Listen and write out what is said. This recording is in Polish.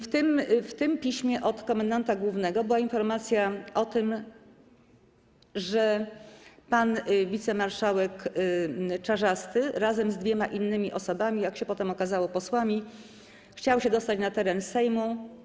W tym piśmie od komendanta głównego była informacja o tym, że pan wicemarszałek Czarzasty razem z dwiema innymi osobami, jak się potem okazało, posłami, chciał się dostać na teren Sejmu.